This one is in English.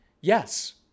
Yes